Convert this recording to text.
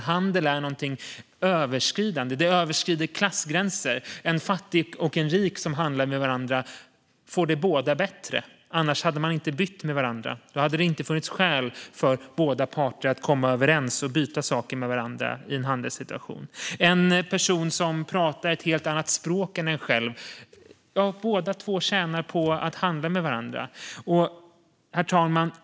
Handel överskrider klassgränser. En fattig och en rik som handlar med varandra får det båda bättre, annars hade man inte bytt med varandra. Då hade det inte funnits skäl för båda parter att komma överens och byta saker med varandra i en handelssituation. Två personer som pratar olika språk tjänar på att handla med varandra. Herr talman!